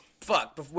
Fuck